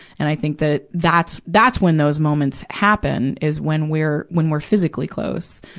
and i think that that's, that's when those moments happens, is when we're, when we're physically close,